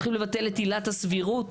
עילת הסבירות,